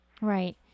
Right